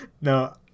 no